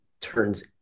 turns